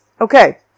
okay